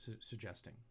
suggesting